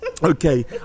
Okay